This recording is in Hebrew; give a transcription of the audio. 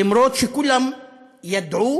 למרות שכולם ידעו